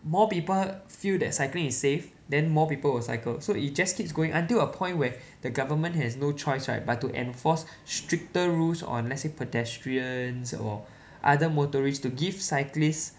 more people feel that cycling is safe then more people will cycle so it just keeps going until a point where the government has no choice right but to enforce stricter rules on let's say pedestrians or other motorists to give cyclists